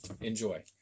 Enjoy